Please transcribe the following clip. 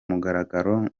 mugaragaro